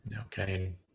okay